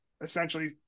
essentially